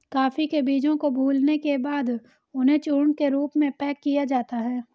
coffee के बीजों को भूलने के बाद उन्हें चूर्ण के रूप में पैक किया जाता है